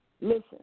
listen